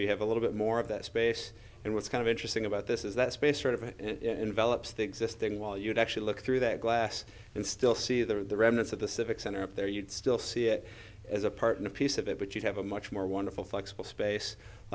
you have a little bit more of that space and what's kind of interesting about this is that space sort of an envelop the existing wall you'd actually look through that glass and still see the remnants of the civic center up there you'd still see it as a part in a piece of it but you have a much more wonderful flexible space a